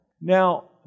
Now